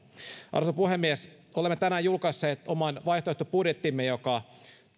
arvoisa puhemies olemme tänään julkaisseet oman vaihtoehtobudjettimme joka